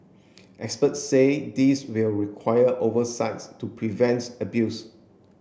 experts say this will require oversights to prevents abuse